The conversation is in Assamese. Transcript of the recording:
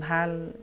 ভাল